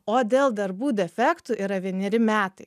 o dėl darbų defektų yra vieneri metai